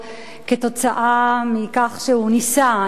כתוצאה מכך שהוא ניסה איכשהו,